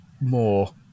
more